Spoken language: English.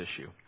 issue